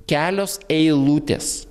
kelios eilutės